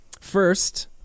First